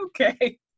okay